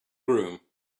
groom